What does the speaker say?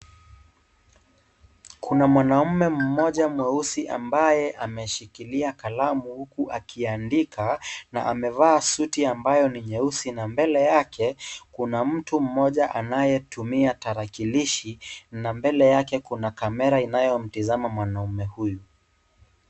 Kuna mwanamme mmoja mweusi ambaye ameshikilia kalamu huku akiandika na amevaa suti ambayo ni nyeusi na mbele yake kuna mtu mmoja anayetumia tarakilishi mbele yake kuna kamera inayotazama mwanamme huyu.